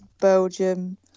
Belgium